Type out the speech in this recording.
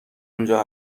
اونجا